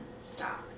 stop